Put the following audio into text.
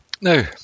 Now